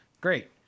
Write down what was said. great